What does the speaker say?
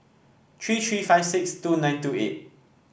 three three five six two nine two eight